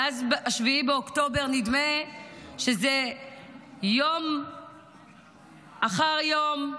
מאז 7 באוקטובר נדמה שיום אחר יום,